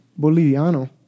Boliviano